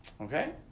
Okay